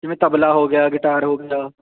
ਜਿਵੇਂ ਤਬਲਾ ਹੋ ਗਿਆ ਗਿਟਾਰ ਹੋ ਗਿਆ